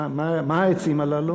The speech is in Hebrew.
מה העצים הללו?